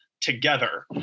together